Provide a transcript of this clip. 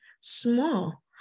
small